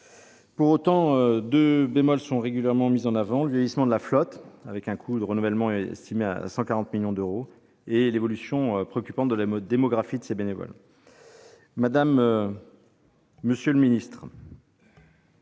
Pour autant, deux bémols sont régulièrement apportés : le vieillissement de la flotte, dont le coût de renouvellement est estimé à 140 millions d'euros, et l'évolution préoccupante de la démographie des bénévoles. Monsieur le secrétaire